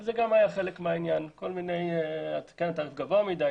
זה גם היה חלק מהעניין כל מיני טענות שזה גבוה מדי,